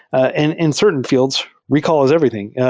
and in certain fields, recall is everything. yeah